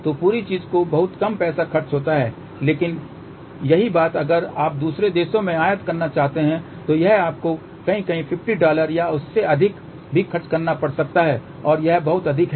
तो पूरी चीज़ पर बहुत कम पैसा खर्च होता है लेकिन यही बात अगर आप दूसरे देशों से आयात करना चाहते हैं तो यह आपको कहीं कहीं 50 डॉलर या उससे अधिक भी खर्च करना पड़ सकता है और यह बहुत अधिक है